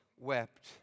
wept